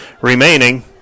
remaining